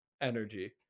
energy